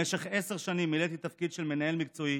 במשך עשר שנים מילאתי תפקיד של מנהל מקצועי